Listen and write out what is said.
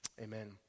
amen